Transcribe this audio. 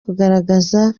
kugaragaza